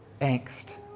angst